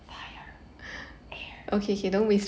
fire air